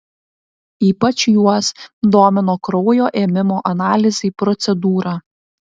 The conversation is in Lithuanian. ypač juos domino kraujo ėmimo analizei procedūra